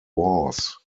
was